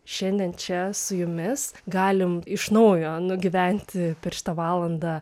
šiandien čia su jumis galim iš naujo nugyventi per šitą valandą